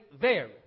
vary